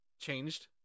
Changed